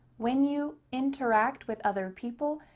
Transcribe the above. when you interact with other people,